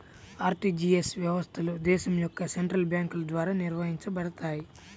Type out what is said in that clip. RTGS వ్యవస్థలు దేశం యొక్క సెంట్రల్ బ్యేంకుల ద్వారా నిర్వహించబడతయ్